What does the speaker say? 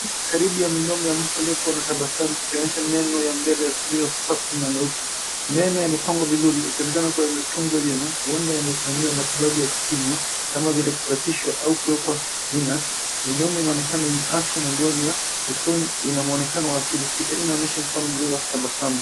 Karibu ya midomo ya mtu aliyekuwa na tabasamu ikionyesha meno ya mbele yaliyo safi na meupe. Meno yamepangwa vizuri yakionekana kuwa yametunza vyema huenda yamefanyiwa matibabu ya kinywa kama vile kusafishwa au kuwekwa venus . Midomo inaonekana yenye afya na ngozi ya usoni ina muonekano asili picha inaonyesha mfano mzuri tabasamu.